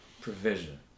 provision